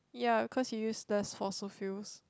ya cause you use less fossil fuels